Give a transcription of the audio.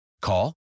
Call